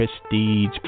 prestige